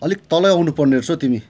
अलिक तल आउनु पर्ने रहेछ हौ तिमी